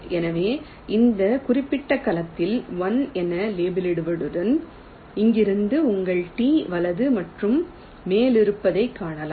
எனவே இந்த குறிப்பிட்ட கலத்தை 1 என லேபிளிட்டவுடன் இங்கிருந்து உங்கள் T வலது மற்றும் மேலே இருப்பதைக் காணலாம்